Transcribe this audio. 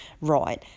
right